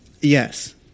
Yes